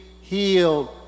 healed